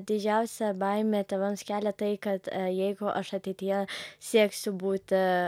didžiausią baimę tėvams kelia tai kad jeigu aš ateityje sieksiu būti